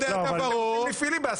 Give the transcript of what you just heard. אבל ספציפית לגבי ישיבת חומש,